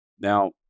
Now